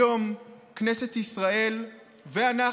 היום כנסת ישראל ואנחנו,